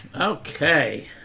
Okay